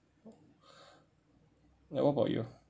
ya what about you